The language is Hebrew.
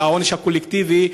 והעונש הוא קולקטיבי,